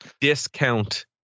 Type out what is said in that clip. Discount